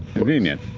convenient.